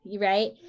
right